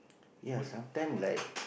ya sometime like